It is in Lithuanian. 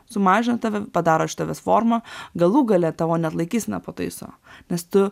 sumažina tave padaro iš tavęs formą galų gale tavo net laikyseną pataiso nes tu